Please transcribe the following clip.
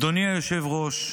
אדוני היושב-ראש,